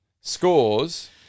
scores